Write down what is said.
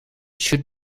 should